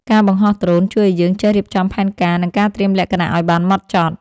ការបង្ហោះដ្រូនជួយឱ្យយើងចេះរៀបចំផែនការ និងការត្រៀមលក្ខណៈឱ្យបានហ្មត់ចត់។